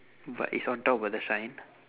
but is on top of the shine